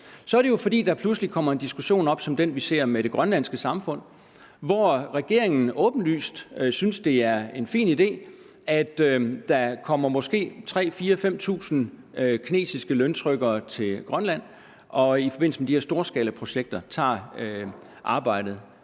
i, er det jo, fordi der pludselig kommer en diskussion op som den, vi ser om det grønlandske samfund, hvor regeringen åbenlyst synes, det er en fin idé, at der kommer måske 3.000-4.000-5.000 kinesiske løntrykkere til Grønland i forbindelse med de her storskalaprojekter og tager arbejde